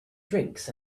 drinks